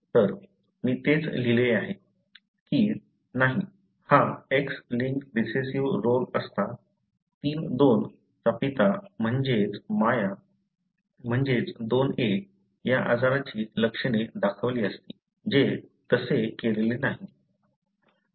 तर मी तेच लिहिले आहे की नाही हा X लिंक्ड रिसेसिव्ह रोग असता III 2 चा पिता म्हणजेच माया म्हणजेच II 1 या आजाराची लक्षणे दाखवली असती जे तसे केलेले नाही